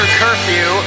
curfew